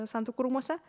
santuokų rūmuose